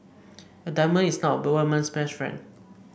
a diamond is not a woman's best friend